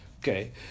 Okay